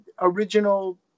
original